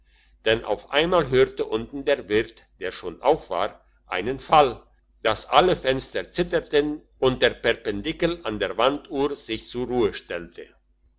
denn auf einmal hörte unten der wirt der schon auf war einen fall dass alle fenster zitterten und der perpendikel an der wanduhr sich in die ruhe stellte